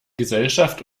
gesellschaft